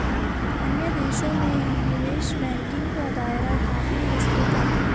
अन्य देशों में निवेश बैंकिंग का दायरा काफी विस्तृत है